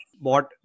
bought